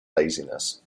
laziness